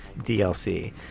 DLC